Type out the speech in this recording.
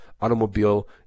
automobile